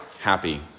happy